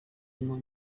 arimo